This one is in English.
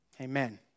Amen